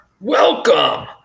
welcome